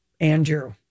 Andrew